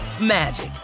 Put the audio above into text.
magic